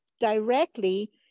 directly